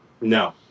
No